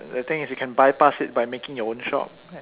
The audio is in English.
the thing is you bypass it by making your own shop